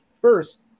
First